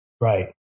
Right